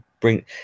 bring